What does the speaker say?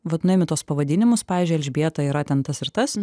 vat nuimi tuos pavadinimus pavyzdžiui elžbieta yra ten tas ir tas